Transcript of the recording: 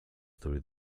through